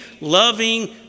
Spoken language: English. loving